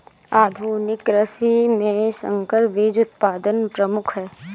आधुनिक कृषि में संकर बीज उत्पादन प्रमुख है